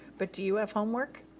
but do you have homework?